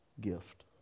gift